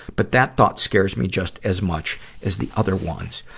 but that thought scares me just as much as the other ones.